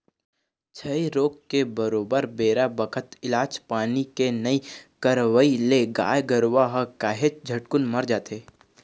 छई रोग के बरोबर बेरा बखत इलाज पानी के नइ करवई ले गाय गरुवा ह काहेच झटकुन मर जाथे